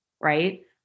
right